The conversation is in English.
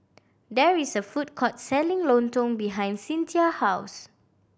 there is a food court selling lontong behind Cyntha house